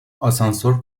آسانسور